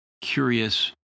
curious